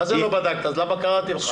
מה זה לא בדקת, אז למה קראתי לך?